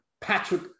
Patrick